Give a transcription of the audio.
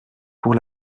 pour